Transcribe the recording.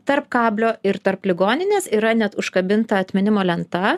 tarp kablio ir tarp ligoninės yra net užkabinta atminimo lenta